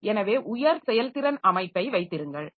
எனவே உயர் செயல்திறன் அமைப்பை வைத்திருங்கள்